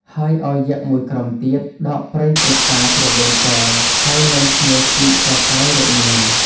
ហើយឲ្យយក្ខ ១ ក្រុមទៀត ដកព្រៃព្រឹក្សាគ្រវែងចោល ហើយនាំគ្នាជីកកកាយរកនាង។